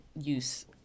use